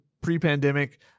pre-pandemic